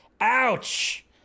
Ouch